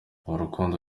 urukundo